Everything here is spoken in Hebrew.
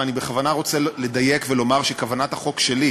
ואני בכוונה רוצה לדייק ולומר שכוונת החוק שלי,